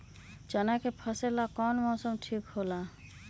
चाना के फसल ला कौन मौसम ठीक होला?